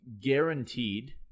guaranteed